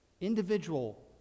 Individual